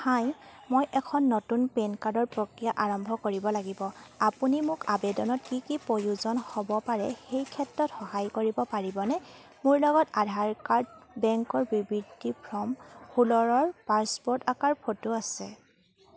হাই মই এখন নতুন পেন কাৰ্ডৰ প্ৰক্ৰিয়া আৰম্ভ কৰিব লাগিব আপুনি মোক আবেদনত কি কি প্ৰয়োজন হ'ব পাৰে সেই ক্ষেত্ৰত সহায় কৰিব পাৰিবনে মোৰ লগত আধাৰ কাৰ্ড বেংকৰ বিবৃতি ফৰ্ম ষোল্ল আৰু পাছপোৰ্ট আকাৰৰ ফটো আছে